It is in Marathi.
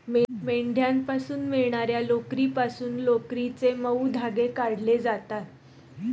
मेंढ्यांपासून मिळणार्या लोकरीपासून लोकरीचे मऊ धागे काढले जातात